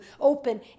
open